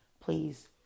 please